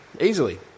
easily